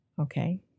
Okay